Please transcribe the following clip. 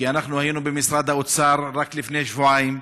כי אנחנו היינו במשרד האוצר רק לפני שבועיים,